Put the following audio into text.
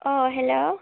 अ hello